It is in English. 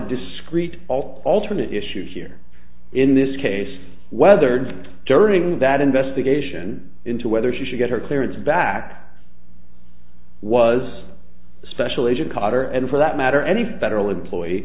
discrete all alternate issue here in this case whether and during that investigation into whether she should get her clearance back was a special agent cutter and for that matter any federal employee